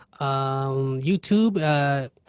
YouTube